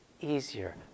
easier